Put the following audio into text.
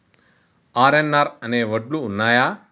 RNR అనే వడ్లు ఉన్నయా?